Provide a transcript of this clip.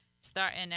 starting